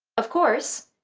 of course,